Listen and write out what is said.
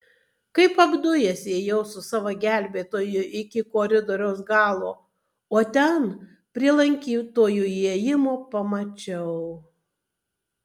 kaip apdujęs ėjau su savo gelbėtoju iki koridoriaus galo o ten prie lankytojų įėjimo pamačiau